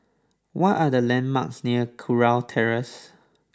what are the landmarks near Kurau Terrace